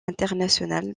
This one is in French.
international